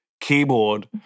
keyboard